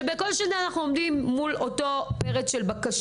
שכל שנה אנחנו עומדים מול אותו פרץ של בקשות.